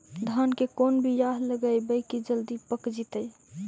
धान के कोन बियाह लगइबै की जल्दी पक जितै?